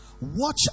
Watch